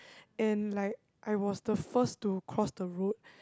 and like I was the first to cross the road